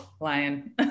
lion